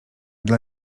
dla